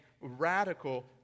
radical